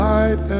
Light